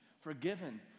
forgiven